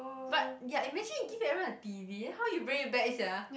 but ya imagine give everyone a t_v then how you bring it back sia